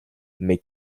mais